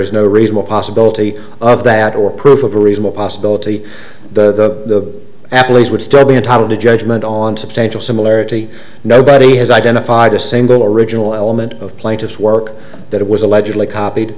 is no reasonable possibility of that or proof of a reasonable possibility the athletes would still be entitled to judgment on substantial similarity nobody has identified a single original element of plaintiff's work that was allegedly copied